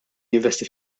jinvesti